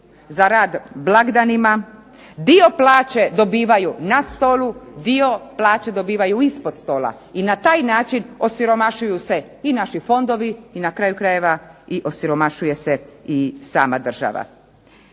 za rad blagdanima, dio plaće dobivaju na stolu, dio plaće dobivaju ispod stola i na taj način osiromašuju se i naši fondovi i na kraju krajeva osiromašuje se i sama država.